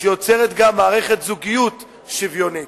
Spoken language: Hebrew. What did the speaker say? שיוצרת גם מערכת זוגיות שוויונית.